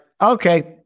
okay